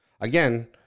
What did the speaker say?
Again